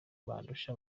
bandusha